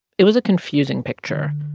it was a confusing picture.